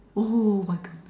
oh my good